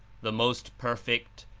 the most perfect,